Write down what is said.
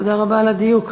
תודה רבה על הדיוק.